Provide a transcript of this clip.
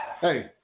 Hey